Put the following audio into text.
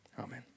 Amen